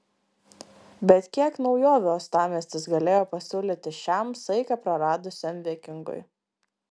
bet kiek naujovių uostamiestis galėjo pasiūlyti šiam saiką praradusiam vikingui